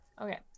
Okay